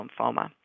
lymphoma